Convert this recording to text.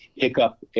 Hiccup